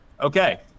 Okay